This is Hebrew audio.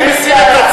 אני מסיר את הצעתי.